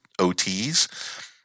OTs